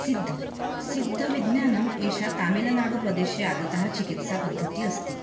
सिद्ध सिद्धविज्ञानम् एषा तामिलनाडुप्रदेशे आगतः चिकित्सापद्धति अस्ति